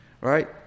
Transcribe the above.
right